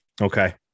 Okay